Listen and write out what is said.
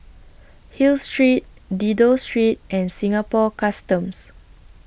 Hill Street Dido Street and Singapore Customs